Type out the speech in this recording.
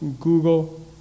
Google